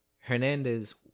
Hernandez